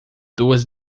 duas